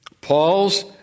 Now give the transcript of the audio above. Paul's